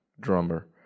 drummer